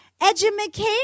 educate